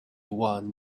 want